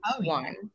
one